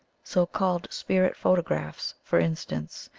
so-called spirit photographs, for instance,